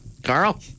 Carl